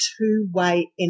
two-way